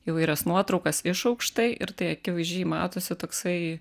įvairias nuotraukas iš aukštai ir tai akivaizdžiai matosi toksai